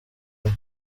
imwe